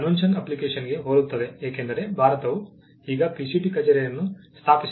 convention ಅಪ್ಲಿಕೇಶನ್ಗೆ ಹೋಲುತ್ತದೆ ಏಕೆಂದರೆ ಭಾರತವು ಈಗ PCT ಕಚೇರಿಯನ್ನು ಸ್ಥಾಪಿಸಿದೆ